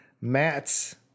mats